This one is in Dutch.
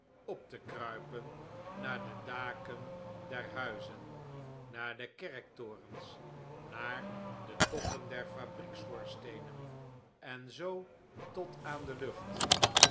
op te kruipen naar de daken der huizen naar de kerktorens naar de toppen der fabriekschoorsteenen en zoo tot aan de lucht